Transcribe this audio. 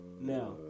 Now